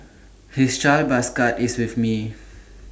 his child bus card is with me